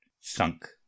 sunk